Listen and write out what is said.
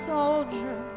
soldier